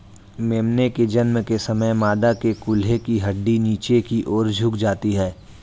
मेमने के जन्म के समय मादा के कूल्हे की हड्डी नीचे की और झुक जाती है